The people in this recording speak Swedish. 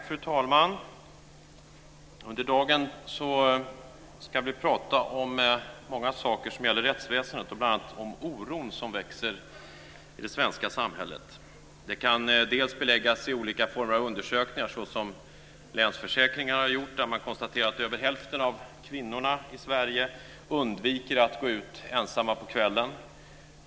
Fru talman! Under dagen ska vi prata om många saker som gäller rättsväsendet, bl.a. om den oro som växer i det svenska samhället. Det kan beläggas genom olika former av undersökningar, som den som Länsförsäkringar har gjort där man konstaterar att mer än hälften av kvinnorna i Sverige undviker att gå ut ensamma på kvällarna.